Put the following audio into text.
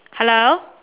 hello